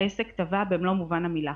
העסק טבע במלוא מובן המילה.